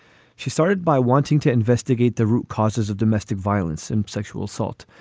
she started by wanting to investigate the root causes of domestic violence and sexual assault,